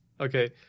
Okay